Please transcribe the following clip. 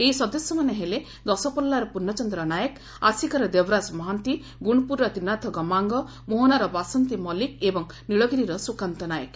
ଏହି ସଦସ୍ୟମାନେ ହେଲେ ଦଶପଲ୍ଲାର ପ୍ରର୍ଷଚନ୍ଦ୍ର ନାଏକ ଆସିକାର ଦେବରାଜ ମହାନ୍ତି ଗୁଣୁପୁରର ତ୍ରିନାଥ ଗମାଙ୍ଗ ମୋହନାର ବାସନ୍ତୀ ମଲ୍ଟିକ ଏବଂ ନୀଳଗିରିର ସ୍ୱକାନ୍ତ ନାୟକ